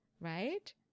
right